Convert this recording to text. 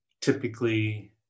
typically